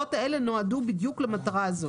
ההגדרות האלה נועדו בדיוק למטרה הזאת.